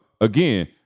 again